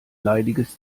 leidiges